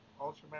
ultra